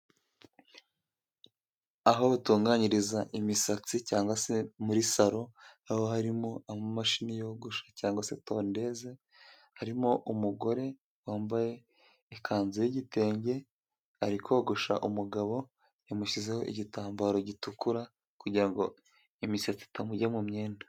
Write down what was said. Aho batunganyiriza imisatsi cyangwa se muri salo, aho harimo amashini yogosha cyangwa se tondeze, harimo umugore wambaye ikanzu y'igitenge ari kogosha umugabo, yamushyizeho igitambaro gitukura, kugira ngo imisatsi itamujya mu myenda.